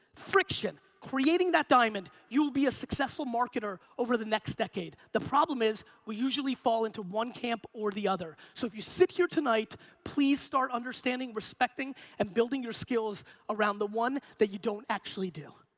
friction creating that diamond, you'll be a successful marketer over the next decade. the problem is we usually fall into one camp or the other. so if you sit here tonight please start understanding respecting and building your skills around the one that you don't actually do.